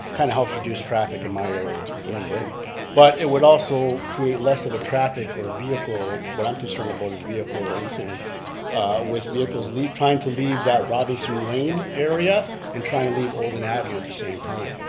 kind of helps reduce traffic in my area to begin with but it would also create less of a traffic or vehicle, what i'm concerned about is vehicle incidents with vehicles trying to leave that robinson lane area and trying to leave olden avenue at the same time.